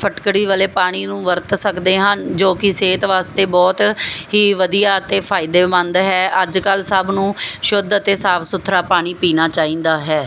ਫਟਕੜੀ ਵਾਲੇ ਪਾਣੀ ਨੂੰ ਵਰਤ ਸਕਦੇ ਹਨ ਜੋ ਕਿ ਸਿਹਤ ਵਾਸਤੇ ਬਹੁਤ ਹੀ ਵਧੀਆ ਅਤੇ ਫਾਇਦੇਮੰਦ ਹੈ ਅੱਜ ਕੱਲ ਸਭ ਨੂੰ ਸ਼ੁੱਧ ਅਤੇ ਸਾਫ ਸੁਥਰਾ ਪਾਣੀ ਪੀਣਾ ਚਾਹੀਦਾ ਹੈ